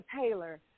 Taylor